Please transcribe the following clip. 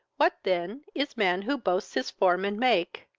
what then is man who boasts his form and make?